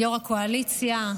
יו"ר הקואליציה,